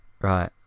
Right